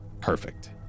perfect